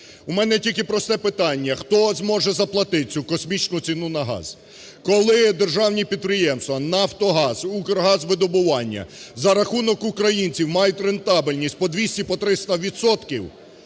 У мене тільки просте питання: хто зможе заплатити цю космічну ціну на газ? Коли державні підприємства "Нафтогаз", "Укргазвидобування" за рахунок українців мають рентабельність по 200,